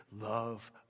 love